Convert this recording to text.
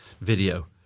video